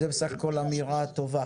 זו בסך הכול אמירה טובה.